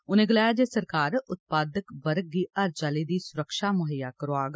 उनें गलाया जे सरकार उत्पादक वर्ग गी हर चाल्ली दी सुरक्षा मुहैया करोआग